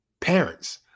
parents